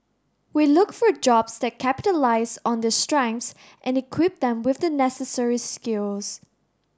we look for jobs that capitalise on their strengths and equip them with the necessary skills